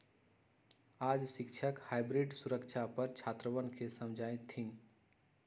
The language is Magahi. आज शिक्षक हाइब्रिड सुरक्षा पर छात्रवन के समझय थिन